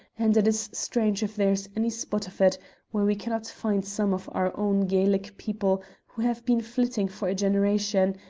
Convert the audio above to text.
and it is strange if there is any spot of it where we cannot find some of our own gaelic people who have been flitting for a generation,